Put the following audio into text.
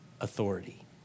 authority